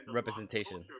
representation